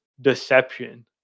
Deception